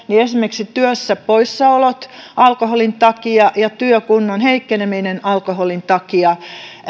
niin esimerkiksi työstä poissaolot alkoholin takia ja työkunnon heikkeneminen alkoholin takia ja